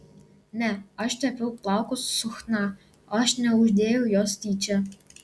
ne aš tepiau plaukus su chna aš neuždėjau jos tyčia